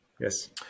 yes